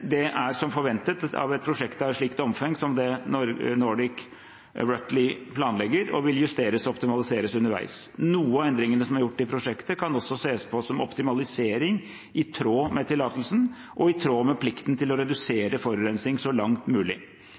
er som forventet at et prosjekt av et slikt omfang som det Nordic Rutile planlegger, vil justeres og optimaliseres underveis. Noen av endringene som er gjort i prosjektet, kan også ses på som optimalisering i tråd med tillatelsen og i tråd med plikten til å redusere forurensning så langt mulig.